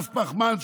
מס פחמן,